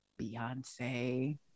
beyonce